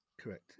Correct